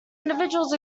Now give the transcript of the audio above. individuals